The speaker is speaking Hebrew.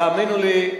תאמינו לי,